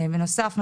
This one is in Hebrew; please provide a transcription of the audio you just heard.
בנוסף,